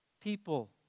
people